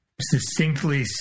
succinctly